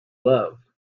love